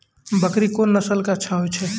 बकरी कोन नस्ल के अच्छा होय छै?